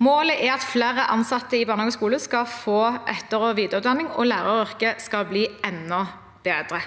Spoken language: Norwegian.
Målet er at flere ansatte i barnehager og skoler skal få etter- og videreutdanning, og at læreryrket skal bli enda bedre.